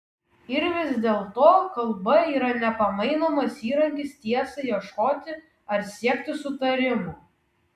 ir vis dėlto kalba yra nepamainomas įrankis tiesai ieškoti ar siekti sutarimo